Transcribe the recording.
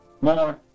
more